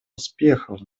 успехов